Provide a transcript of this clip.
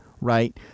right